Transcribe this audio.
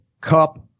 Cup